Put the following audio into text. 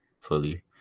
fully